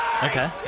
Okay